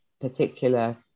particular